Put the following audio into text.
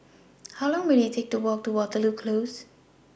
How Long Will IT Take to Walk to Waterloo Close